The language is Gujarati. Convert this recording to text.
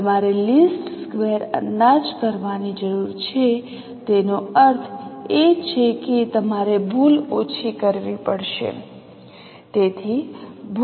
તમારે લીસ્ટ સ્કવેર અંદાજ કરવાની જરૂર છે તેનો અર્થ એ છે કે તમારે ભૂલ ઓછી કરવી પડશે